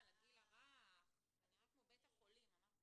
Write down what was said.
הקמתי אותו בזמנו עם פרופסור פנינה קליין